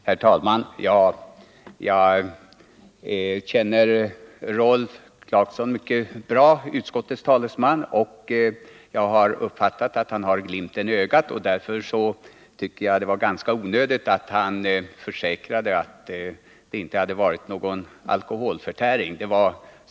Herr talman! Jag känner Rolf Clarkson, utskottets talesman, mycket bra. Jag har uppfattat att han har glimten i ögat. Därför tycker jag det var onödigt att han försäkrade att det inte hade förekommit någon alkoholförtäring.